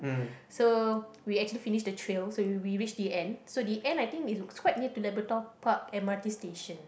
so we actually finish the trail so we we reach the end so the end I think is quite near to Labrador Park M_R_T station